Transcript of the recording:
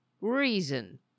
reason